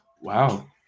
Wow